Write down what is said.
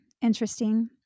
interesting